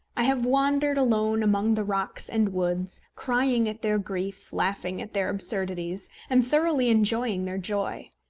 i have wandered alone among the rocks and woods, crying at their grief, laughing at their absurdities, and thoroughly enjoying their joy.